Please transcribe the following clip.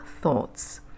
thoughts